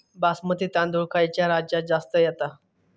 बासमती तांदूळ खयच्या राज्यात जास्त येता?